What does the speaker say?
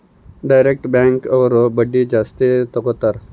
direct bank ಅವ್ರು ಬಡ್ಡಿನ ಜಾಸ್ತಿ ತಗೋತಾರೆ